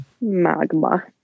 Magma